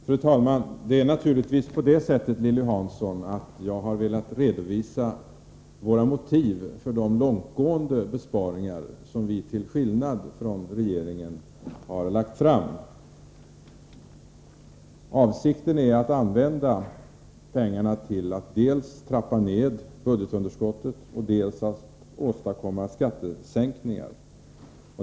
Fru talman! Det är naturligtvis på det sättet, Lilly Hansson, att jag har velat redovisa våra motiv för de förslag till långtgående besparingar som vi, till skillnad från regeringen, har lagt fram. Avsikten är att använda pengarna till att dels trappa ned budgetunderskottet, dels åstadkomma skattesänkningar.